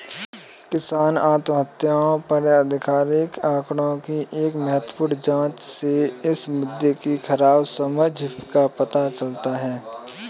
किसान आत्महत्याओं पर आधिकारिक आंकड़ों की एक महत्वपूर्ण जांच से इस मुद्दे की खराब समझ का पता चलता है